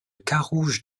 carouge